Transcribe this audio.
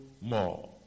more